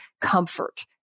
comfort